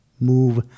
move